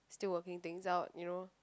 still working things out you know